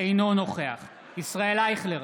אינו נוכח ישראל אייכלר,